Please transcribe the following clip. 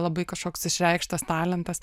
labai kažkoks išreikštas talentas